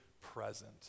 present